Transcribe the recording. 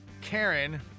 Karen